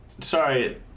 Sorry